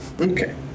Okay